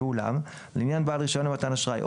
ואולם לעניין בעל רישיון למתן אשראי או